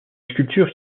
sculptures